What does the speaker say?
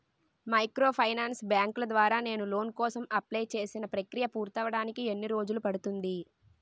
Microfinance బ్యాంకుల ద్వారా నేను లోన్ కోసం అప్లయ్ చేసిన ప్రక్రియ పూర్తవడానికి ఎన్ని రోజులు పడుతుంది?